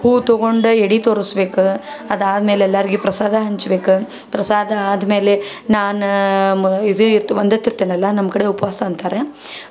ಹೂ ತೊಗೊಂಡು ಎಡೆ ತೋರ್ಸ್ಬೇಕು ಅದು ಆದ್ಮೇಲೆ ಎಲ್ಲರಿಗೆ ಪ್ರಸಾದ ಹಂಚ್ಬೇಕು ಪ್ರಸಾದ ಆದ್ಮೇಲೆ ನಾನು ಮ ಇದು ಇರ್ತಾ ಒಂದು ಹೊರ್ತು ತಿನ್ನೋಲ್ಲ ನಮ್ಮ ಕಡೆ ಉಪವಾಸ ಅಂತಾರೆ